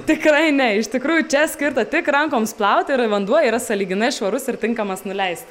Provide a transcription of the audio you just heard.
tikrai ne iš tikrųjų čia skirta tik rankoms plaut ir vanduo yra sąlyginai švarus ir tinkamas nuleisti